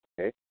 Okay